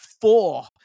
four